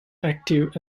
active